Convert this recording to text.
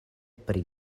pri